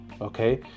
okay